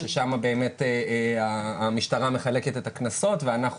ששם באמת המשטרה מחלקת את הקנסות ואנחנו